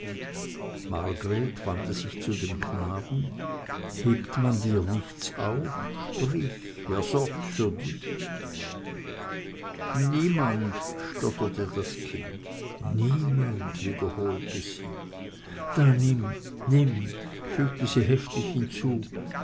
wandte sich zu dem knaben hebt man dir nichts auf sprich wer sorgt für dich niemand stotterte das kind niemand wiederholte sie da nimm nimm fügte sie heftig hinzu